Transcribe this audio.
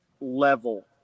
level